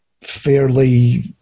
fairly